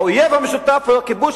האויב המשותף הוא הכיבוש.